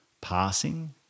passing